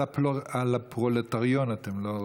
על הפרולטריון אתם לא,